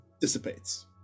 dissipates